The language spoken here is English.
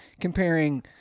comparing